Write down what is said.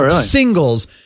singles